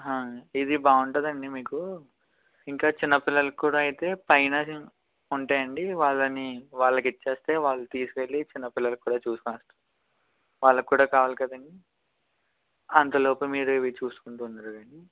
ఆ ఇది బాగుంటుందండి మీకు ఇంకా చిన్న పిల్లలక్కూడా అయితే పైన ఉంటాయండి వాళ్ళని వాళ్ళకిచ్చేస్తే వాళ్ళు తీస్కెళ్ళి చిన్న పిల్లలక్కూడా చూస్తారు వాళ్ళక్కూడా కావాలి కదండీ అంత లోపల మీరు ఇవి చూసుకుంటూ ఉందురుగాని